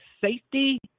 safety